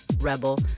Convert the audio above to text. rebel